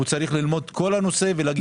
הוא צריך ללמוד את כל הנושא ולהגיע